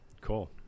Cool